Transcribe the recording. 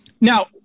Now